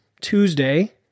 Tuesday